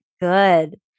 good